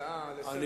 אני